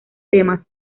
temas